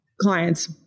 clients